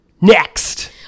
next